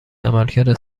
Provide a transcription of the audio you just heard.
عملکرد